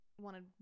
wanted